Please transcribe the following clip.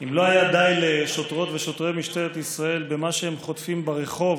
אם לא היה די לשוטרות ושוטרי משטרת ישראל במה שהם חוטפים ברחוב,